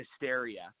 hysteria